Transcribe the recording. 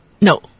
No